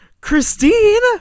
Christine